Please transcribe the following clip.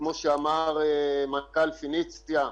כמו שאמר מנכ"ל "פניציה",